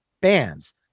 bands